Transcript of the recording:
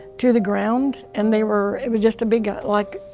to the ground. and they were, it was just a big like.